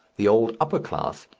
the old upper class,